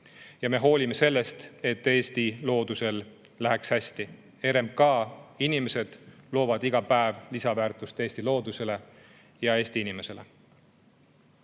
Me hoolime sellest, et Eesti loodusel läheks hästi. RMK inimesed loovad iga päev lisaväärtust Eesti loodusele ja Eesti inimesele.